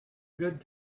good